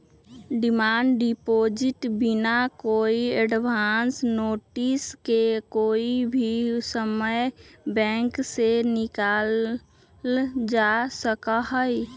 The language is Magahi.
डिमांड डिपॉजिट बिना कोई एडवांस नोटिस के कोई भी समय बैंक से निकाल्ल जा सका हई